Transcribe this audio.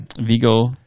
Vigo